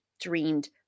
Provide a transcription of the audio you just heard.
dreamed